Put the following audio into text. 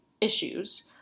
issues